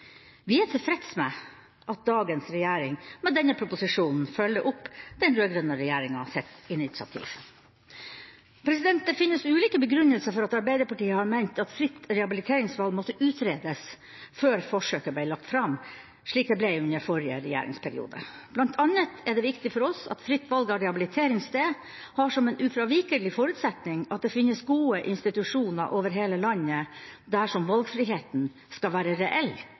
Vi er tilfreds med at dagens regjering med denne proposisjonen følger opp den rød-grønne regjeringas initiativ. Det finnes ulike begrunnelser for at Arbeiderpartiet har ment at fritt rehabiliteringsvalg måtte utredes før forsøket ble lagt fram, slik det ble under forrige regjeringsperiode. Blant annet er det viktig for oss at fritt valg av rehabiliteringssted har som en ufravikelig forutsetning at det finnes gode institusjoner over hele landet, dersom valgfriheten skal være reell